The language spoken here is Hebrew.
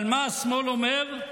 אבל מה השמאל אומר?